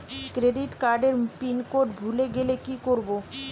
Credit কার্ডের pin code ভুলে গেলে কি করব?